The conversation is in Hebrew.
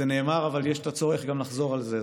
זה נאמר, אבל יש את הצורך גם לחזור על זה.